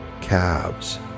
calves